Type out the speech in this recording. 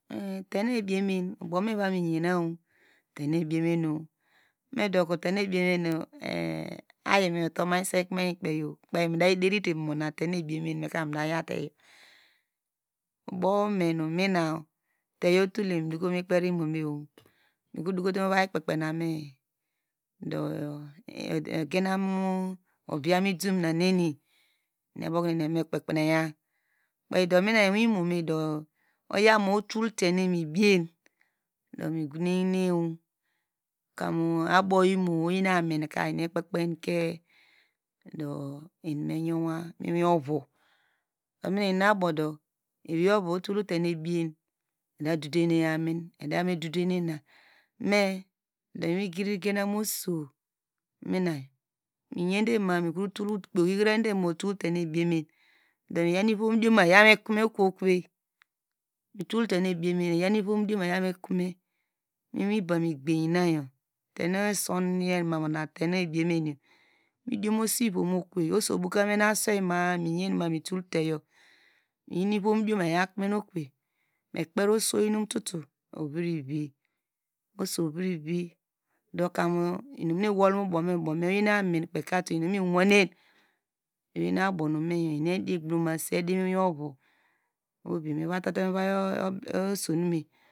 E- tenu ebiyeme ubow mi vamiyena, mido ku tenu ebiyemen, ayime otuma seko mekpeyo kpei midaderite mu unatenu ebiyemen meka midayorte oyor, ubow ome numina, tayo utule midoko mikperi imome, mikro dokote mu ovai kpekpena me do ogenamu obieya mu idomu nu neni, eniabokonu eva mekpe kpinuya, kpedo mina iwin imome do oya ma utul tenu mibiyen do migune hine, kamu abow emo, oyi amin ka eni mekpekpanke do me yowa miwin ovu, do mina inunu abodo, ewei ovo etol tenu ebiye meda dodene amin, medo igiri ginam oso mina ukpe ohihirade ma- a oyitul tenu ebiyemeni do miyaw nu iviomdioma iyamiko me okove, me yi ibam egbany nayor tenu eson yemamu onatenu ebiye mu midio muse vom miokive oso ubokam asuei maa miye tul teyo iyin ivom dioma iya komen okuve mekperi oso inututu ovirivi oso ovrivi dokamu inunu iwol mu ubow me oyin amin kpekatu inun nu iwol ewenu abonu me yor edigbomase, edimoyi ovo ohovi eni evata tenu ovai osonume.